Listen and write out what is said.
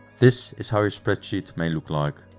this is how your spreadsheet may look like.